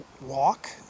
walk